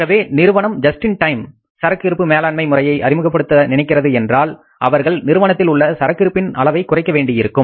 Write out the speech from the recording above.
ஆகவே நிறுவனம் just in time சரக்கு இருப்பு மேலாண்மை முறையை அறிமுகப்படுத்த நினைக்கின்றது என்றால் அவர்கள் நிறுவனத்தில் உள்ள சரக்கு இருப்பின் அளவை குறைக்க வேண்டியிருக்கும்